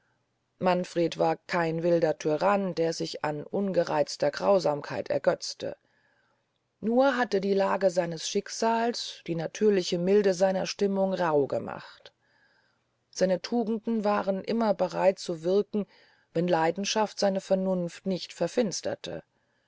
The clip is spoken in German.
manfred war kein wilder tyrann der sich an ungereizter grausamkeit ergötzt nur hatte die lage seines schicksals die natürliche milde seiner stimmung rauh gemacht seine tugenden waren immer bereit zu wirken wenn leidenschaften seine vernunft nicht verfinsterten